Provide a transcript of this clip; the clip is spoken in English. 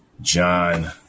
John